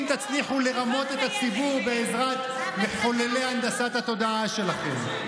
אם תצליחו לרמות את הציבור בעזרת מחוללי הנדסת התודעה שלכם.